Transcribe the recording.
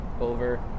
Over